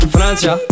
Francia